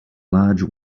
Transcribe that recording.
large